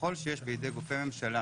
שככל שיש בידי גופי ממשלה